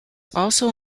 also